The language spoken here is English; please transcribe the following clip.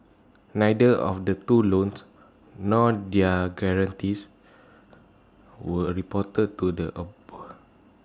neither of the two loans nor their guarantees were reported to the A board